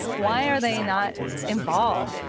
why are they not involved?